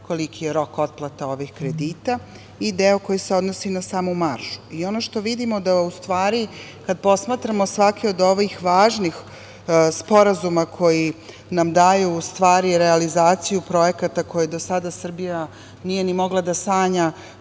koliki je rok otplata ovih kredita i deo koji se odnosi na samu maržu. Kada posmatramo svaki od ovih važnih sporazuma koji nam daju realizaciju projekata koje do sada Srbija nije mogla da sanja,